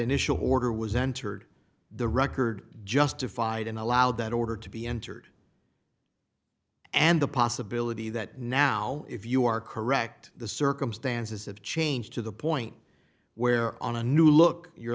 initial order was entered the record justified and allowed that order to be entered and the possibility that now if you are correct the circumstances have changed to the point where on a new look you're